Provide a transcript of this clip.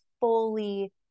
fully